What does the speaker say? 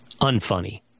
unfunny